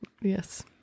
yes